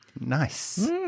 Nice